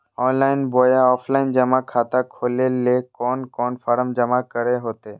Online बोया offline जमा खाता खोले ले कोन कोन फॉर्म जमा करे होते?